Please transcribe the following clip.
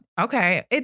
Okay